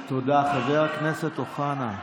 תודה, חבר הכנסת אוחנה.